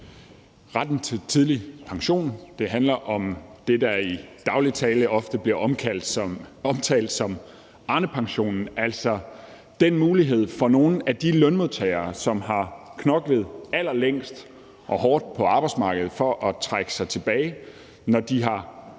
retten til tidlig pension. Det handler om det, der i daglig tale ofte bliver omtalt som Arnepensionen, altså den mulighed for nogle af de lønmodtagere, som har knoklet allerlængst og hårdt på arbejdsmarkedet, for at trække sig tilbage, når de har,